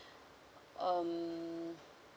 um